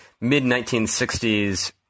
mid-1960s